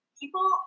people